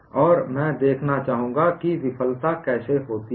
और मैं देखना चाहूंगा कि विफलता कैसे होती है